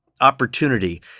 opportunity